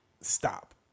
Stop